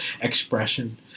expression